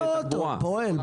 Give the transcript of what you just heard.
אין לו אוטו, הוא פועל.